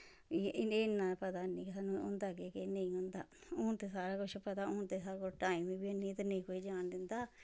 एह् इन्ना पता नी स्हानू होंदा केह् केह् नेंई होंदा हून ते सारा कुछ पता हून ते साढ़े कोल टाईम बी नी ते नेंई कोई जान दिंदा